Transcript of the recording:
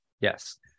yes